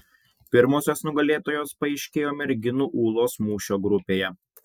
pirmosios nugalėtojos paaiškėjo merginų ūlos mūšio grupėje